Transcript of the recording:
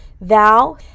thou